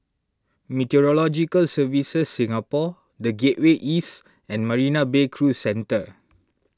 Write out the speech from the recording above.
Meteorological Services Singapore the Gateway East and Marina Bay Cruise Centre